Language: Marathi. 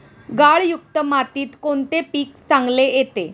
गाळयुक्त मातीत कोणते पीक चांगले येते?